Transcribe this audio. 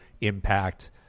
impact